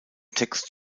text